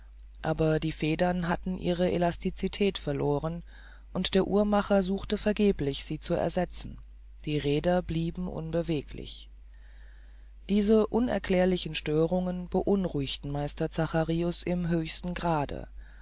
aber die federn hatten ihre elasticität verloren und der uhrmacher suchte vergeblich sie zu ersetzen die räder blieben unbeweglich diese unerklärlichen störungen beunruhigten meister zacharius im höchsten grade